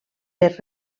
per